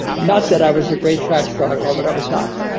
and not that i was a great track star at all, but i was not.